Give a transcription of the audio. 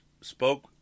Spoke